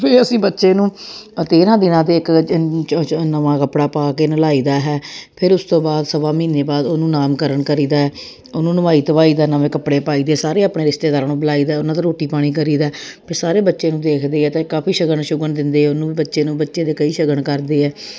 ਫੇਰ ਅਸੀਂ ਬੱਚੇ ਨੂੰ ਤੇਰ੍ਹਾਂ ਦਿਨਾਂ 'ਤੇ ਇੱਕ ਨਵਾਂ ਕੱਪੜਾ ਪਾ ਕੇ ਨਲਾਈਦਾ ਹੈ ਫਿਰ ਉਸ ਤੋਂ ਬਾਅਦ ਸਵਾ ਮਹੀਨੇ ਬਾਅਦ ਉਹਨੂੰ ਨਾਮਕਰਨ ਕਰੀਦਾ ਉਹਨੂੰ ਨਵਾਈ ਧਵਾਈ ਦਾ ਨਵੇਂ ਕੱਪੜੇ ਪਾਈ ਦੇ ਸਾਰੇ ਆਪਣੇ ਰਿਸ਼ਤੇਦਾਰਾਂ ਨੂੰ ਬੁਲਾਈਦਾ ਉਹਨਾਂ ਦਾ ਰੋਟੀ ਪਾਣੀ ਕਰੀਦਾ ਫੇਰ ਸਾਰੇ ਬੱਚੇ ਨੂੰ ਦੇਖਦੇ ਆ ਤਾਂ ਕਾਫੀ ਸ਼ਗਨ ਸ਼ੁਗਨ ਦਿੰਦੇ ਉਹਨੂੰ ਬੱਚੇ ਨੂੰ ਬੱਚੇ ਦੇ ਕਈ ਸ਼ਗਨ ਕਰਦੇ ਹੈ